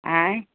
आँय